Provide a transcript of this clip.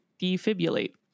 defibrillate